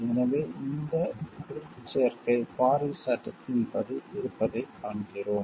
எனவே இந்த பிற்சேர்க்கை பாரிஸ் சட்டத்தின்படி இருப்பதைக் காண்கிறோம்